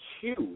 huge